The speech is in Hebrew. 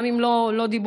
גם אם לא דיבר,